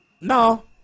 no